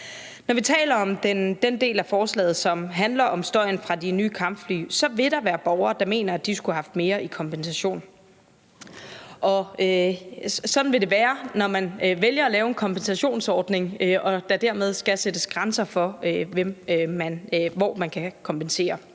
Når vi taler om den del af forslaget, som handler om støjen fra de nye kampfly, vil der være borgere, der mener, at de skulle have haft mere i kompensation. Sådan vil det være, når man vælger at lave en kompensationsordning, og når der dermed skal sættes grænser for, hvor man kan kompensere.